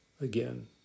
Again